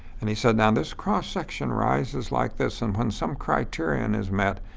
and he said, now this cross-section rises like this and when some criterion is met,